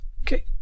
Okay